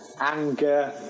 anger